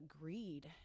greed